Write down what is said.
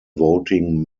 voting